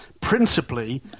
principally